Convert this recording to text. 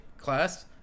class